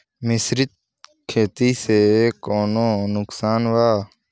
मिश्रित खेती से कौनो नुकसान वा?